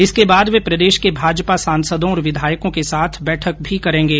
इसके बाद वे प्रदेश के भाजपा सांसदों और विधायकों के साथ बैठक भी करेंगे